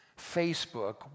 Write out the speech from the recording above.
Facebook